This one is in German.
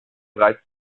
bereits